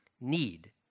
need